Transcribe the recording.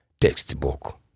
textbook